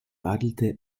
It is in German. radelte